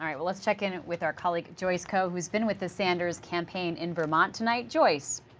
um let's check in with our colleagues, joyce, kind of who has been with the sanders campaign in vermont tonight. joyce?